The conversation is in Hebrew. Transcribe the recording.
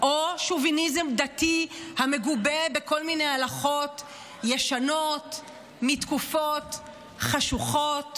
או שוביניזם דתי המגובה בכל מיני הלכות ישנות מתקופות חשוכות,